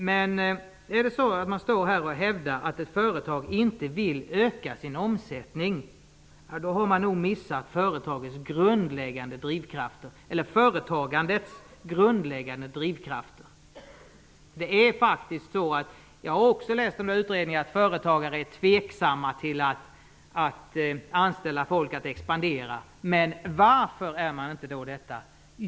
Men hävdar man att ett företag inte vill öka sin omsättning har man nog missat företagandets grundläggande drivkrafter. Jag har också läst utredningar om att företagare är tveksamma till att anställa folk för att expandera. Varför är man detta?